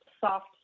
soft